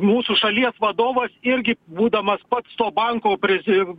mūsų šalies vadovas irgi būdamas pats to banko prezi